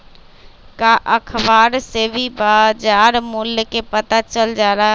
का अखबार से भी बजार मूल्य के पता चल जाला?